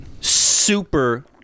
super